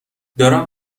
دارم